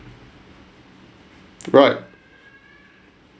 right